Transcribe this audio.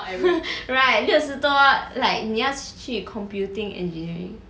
right 六十多 like 你要去 computing engineering